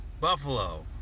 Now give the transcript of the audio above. buffalo